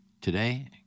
Today